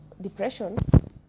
depression